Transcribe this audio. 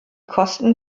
kosten